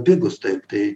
pigūs taip tai